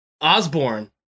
Osborne